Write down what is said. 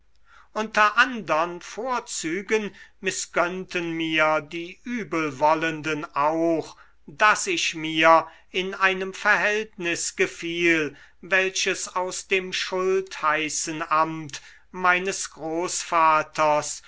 unter andern vorzügen mißgönnten mir die übelwollenden auch daß ich mir in einem verhältnis gefiel welches aus dem schultheißenamt meines großvaters